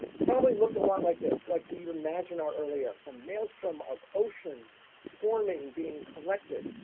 probably looked a lot like this. like we imagine our early earth. a maelstrom of oceans forming, being collected.